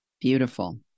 Beautiful